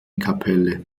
kapelle